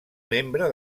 membre